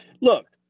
look